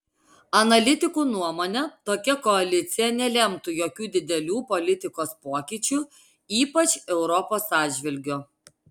analitikų nuomone tokia koalicija nelemtų jokių didelių politikos pokyčių ypač europos atžvilgiu